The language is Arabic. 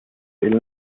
إلى